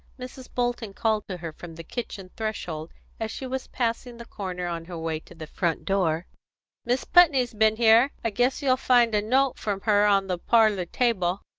mrs. bolton called to her from the kitchen threshold as she was passing the corner on her way to the front door mis' putney's b'en here. i guess you'll find a note from her on the parlour table.